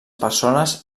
persones